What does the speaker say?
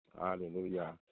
Hallelujah